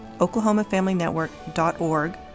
oklahomafamilynetwork.org